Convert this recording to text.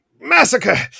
massacre